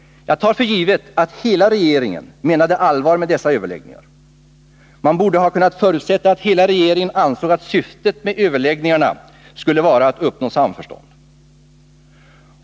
Jag tar för givet att hela regeringen menade allvar med dessa överläggningar. Man borde ha kunnat förutsätta att hela regeringen ansåg att syftet med överläggningarna skulle vara att uppnå samförstånd.